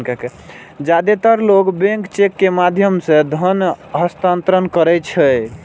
जादेतर लोग bank cheque के माध्यम सं धन हस्तांतरण करै छै